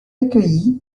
accueillie